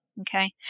Okay